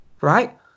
Right